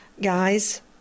guys